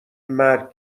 مرگ